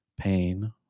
pain